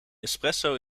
espresso